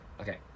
Okay